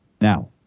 Now